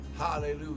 Hallelujah